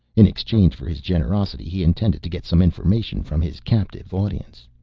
in exchange for his generosity he intended to get some information from his captive audience.